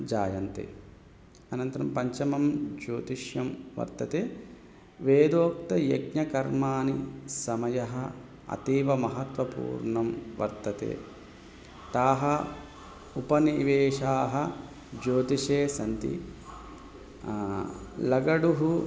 जायन्ते अनन्तरं पञ्चमं ज्योतिषं वर्तते वेदोक्तयज्ञकर्मानुसमयः अतीवमहत्वपूर्णं वर्तते ताः उपनिवेशाः ज्योतिषे सन्ति लगडुः